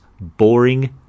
boring